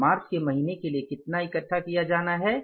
और मार्च के महीने के लिए कितना इकट्ठा किया जाना है